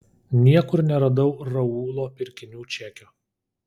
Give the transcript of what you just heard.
niekur neradau raulo pirkinių čekio